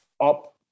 up